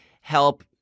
help